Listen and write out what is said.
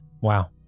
Wow